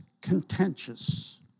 contentious